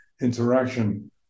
interaction